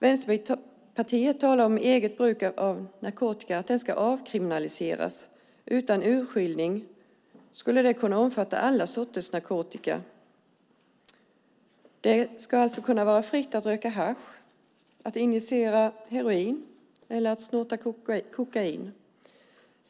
Vänsterpartiet talar om att eget bruk av narkotika ska avkriminaliseras. Det ska utan urskiljning kunna omfatta alla sorters narkotika. Det ska alltså vara fritt att röka hasch, injicera heroin eller snorta kokain.